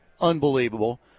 unbelievable